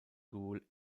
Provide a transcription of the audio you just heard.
goole